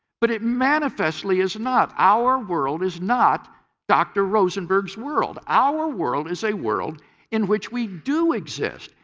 but it manifestly is not. our world is not dr. rosenberg's world. our world is a world in which we do exist,